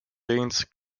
lanes